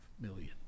million